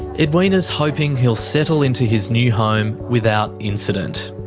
edwina's hoping he'll settle into his new home without incident.